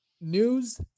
news